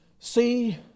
see